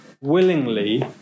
willingly